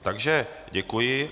Takže děkuji.